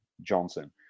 Johnson